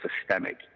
systemic